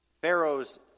Pharaoh's